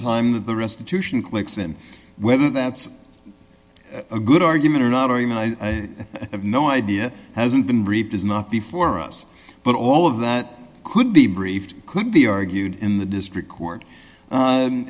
time that the restitution clicks and whether that's a good argument or not i mean i have no idea hasn't been briefed is not before us but all of that could be brief could be argued in the district court